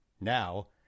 Now